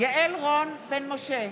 יעל רון בן משה,